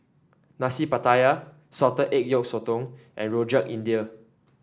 Nasi Pattaya Salted Egg Yolk Sotong and Rojak India